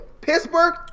Pittsburgh